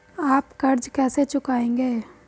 आप कर्ज कैसे चुकाएंगे?